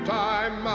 time